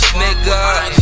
nigga